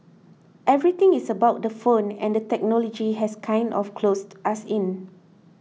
everything is about the phone and the technology has kind of closed us in